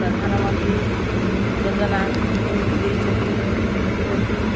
ପ୍ରଧାନମନ୍ତ୍ରୀ ଯୋଜନା ବହୁତ ଦେଇଛନ୍ତି ବହୁତ